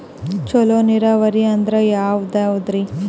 ಚಲೋ ನೀರಾವರಿ ಅಂದ್ರ ಯಾವದದರಿ?